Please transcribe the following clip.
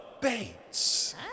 Bates